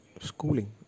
schooling